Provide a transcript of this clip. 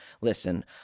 Listen